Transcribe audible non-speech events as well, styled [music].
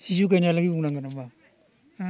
[unintelligible] बुंनांगोन नामा